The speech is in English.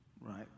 Right